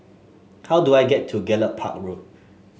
how do I get to Gallop Park Road